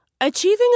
Achieving